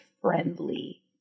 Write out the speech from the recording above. friendly